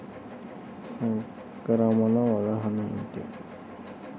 సంక్రమణ ఉదాహరణ ఏమిటి?